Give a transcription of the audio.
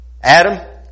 Adam